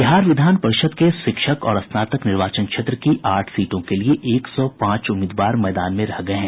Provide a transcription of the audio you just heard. बिहार विधान परिषद् के शिक्षक और स्नातक निर्वाचन क्षेत्र की आठ सीटों के लिये एक सौ पांच उम्मीदवार मैदान में रह गये हैं